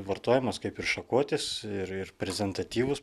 vartojamas kaip ir šakotis ir ir prezervatyvus